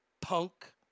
punk